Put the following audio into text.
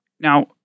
Now